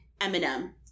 Eminem